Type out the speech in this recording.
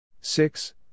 Six